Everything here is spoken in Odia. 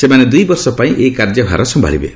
ସେମାନେ ଦୁଇ ବର୍ଷ ପାଇଁ ଏହି କାର୍ଯ୍ୟଭାର ସମ୍ଭାଳିବେ